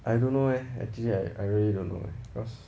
I don't know leh actually I I really don't know leh cause